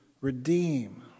redeem